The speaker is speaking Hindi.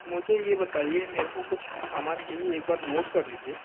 मुझे यह बताइए मुझे कुछ सामान चाहिए एक बार नोट कर लीजिए